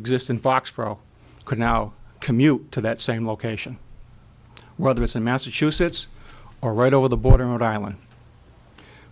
exist in foxboro could now commute to that same location whether it's in massachusetts or right over the border or dialing